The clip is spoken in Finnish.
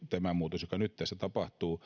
tämä muutos joka nyt tässä tapahtuu